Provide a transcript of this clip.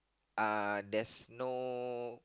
uh there's no